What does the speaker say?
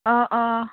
অঁ অঁ